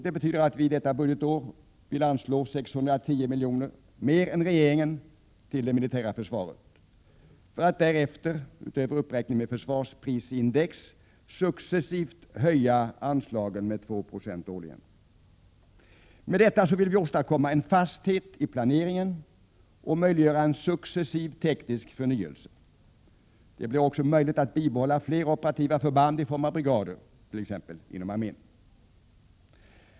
Det betyder att vi detta budgetår vill anslå 610 milj.kr. mer än regeringen till det militära försvaret för att därefter — utöver uppräkning med försvarsprisindex — successivt höja anslagen med 2 96 årligen. Med detta vill vi åstadkomma en fasthet i planeringen och möjliggöra en successiv teknisk förnyelse. Det blir också möjligt att bibehålla fler operativa förband i form av t.ex. brigader inom armén.